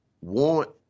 want